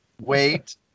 wait